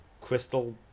crystal